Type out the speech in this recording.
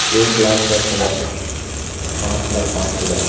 एक लाख दस हज़ार पाँच लाख पाँच हज़ार